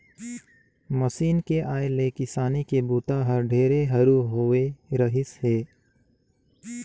machine के आए ले किसानी के बूता हर ढेरे हरू होवे रहीस हे